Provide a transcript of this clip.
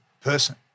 person